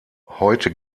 heute